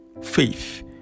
faith